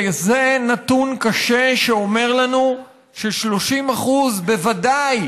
וזה נתון קשה שאומר לנו ש-30% בוודאי